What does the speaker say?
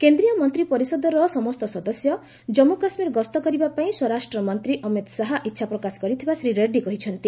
କେନ୍ଦ୍ରୀୟ ମନ୍ତ୍ରୀ ପରିଷଦର ସମସ୍ତ ସଦସ୍ୟ ଜମ୍ମୁ କାଶ୍ମୀର ଗସ୍ତ କରିବାପାଇଁ ସ୍ୱରାଷ୍ଟ୍ର ମନ୍ତ୍ରୀ ଅମିତ୍ ଶାହା ଇଚ୍ଛା ପ୍ରକାଶ କରିଥିବା ଶ୍ରୀ ରେଡ୍ରୀ କହିଛନ୍ତି